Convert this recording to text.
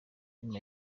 nyuma